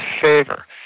favor